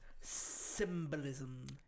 symbolism